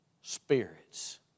spirits